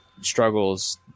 struggles